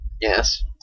Yes